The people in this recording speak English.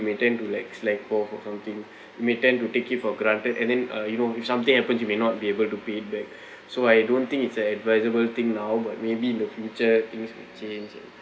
may tend to like slack off or something you may tend to take it for granted and then uh you know if something happens you may not be able to pay back so I don't think it's a advisable thing now but maybe in the future things will change